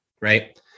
right